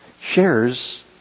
shares